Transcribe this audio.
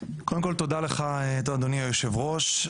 קודם כול תודה לך אדוני יושב הראש,